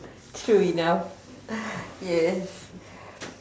true enough yes